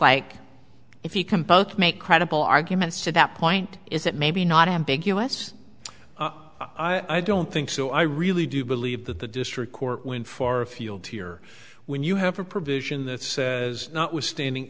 like if he can both make credible arguments to that point is that maybe not ambiguous i don't think so i really do believe that the district court went far afield here when you have a provision that says notwithstanding